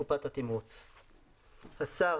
קופת התמרוץ); השר,